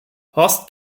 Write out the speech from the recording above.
horst